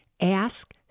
ask